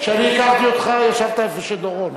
כשאני הכרתי אותך ישבת במקום של דורון.